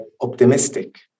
optimistic